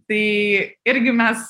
tai irgi mes